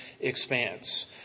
expanse